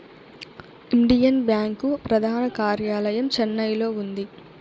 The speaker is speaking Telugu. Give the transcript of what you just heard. ఇండియన్ బ్యాంకు ప్రధాన కార్యాలయం చెన్నైలో ఉంది